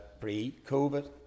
pre-Covid